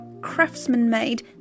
craftsman-made